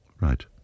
Right